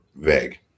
vague